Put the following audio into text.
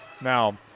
Now